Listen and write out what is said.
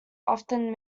often